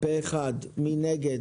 מי נגד?